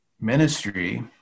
ministry